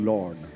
Lord